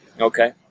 Okay